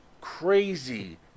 crazy